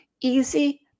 easy